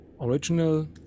original